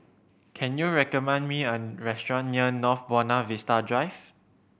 can you recommend me a restaurant near North Buona Vista Drive